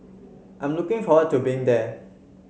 I'm looking forward to being there